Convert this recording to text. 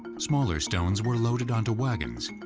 smaller stones were loaded onto wagons,